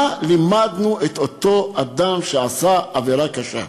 מה לימדנו את אותו אדם שעשה עבירה קשה?